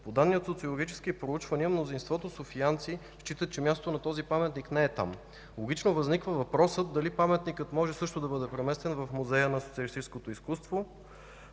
По данни от социологически проучвания мнозинството софиянци считат, че мястото на този паметник не е там. Логично възниква въпросът: дали паметникът може също да бъде преместен в Музея на социалистическото изкуство?